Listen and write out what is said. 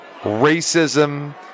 racism